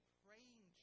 praying